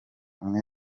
umwe